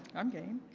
i'm game.